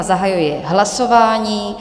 Zahajuji hlasování.